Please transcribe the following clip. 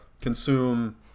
consume